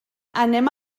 anem